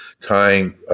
tying